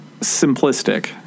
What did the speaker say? simplistic